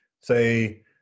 say